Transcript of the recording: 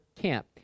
camp